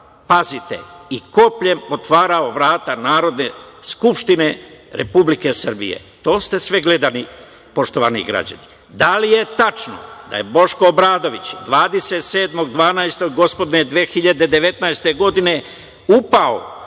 pazite, i kopljem otvarao vrata Narodne skupštine Republike Srbije? To ste sve gledali, poštovani građani. Da li je tačno da je Boško Obradović 27.12. gospodnje 2019. godine upao